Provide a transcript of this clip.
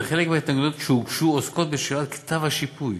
וחלק מההתנגדויות שהוגשו עוסקות בשאלת כתב השיפוי,